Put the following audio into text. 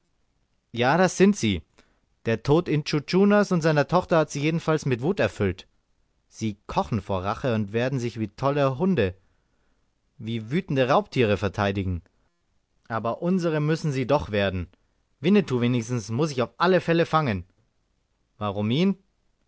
ja das sind sie der tod intschu tschunas und seiner tochter hat sie jedenfalls mit wut erfüllt sie kochen rache und werden sich wie tolle hunde wie wütende raubtiere verteidigen aber unser müssen sie doch werden winnetou wenigstens muß ich auf alle fälle fangen warum ihn